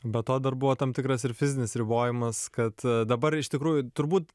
be to dar buvo tam tikras ir fizinis ribojimas kad dabar iš tikrųjų turbūt